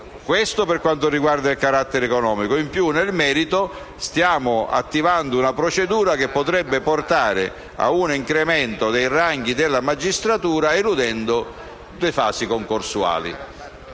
Questo per quanto riguarda il carattere economico. In più, nel merito, stiamo attivando una procedura che potrebbe portare ad un incremento dei ranghi della magistratura eludendo le fasi concorsuali.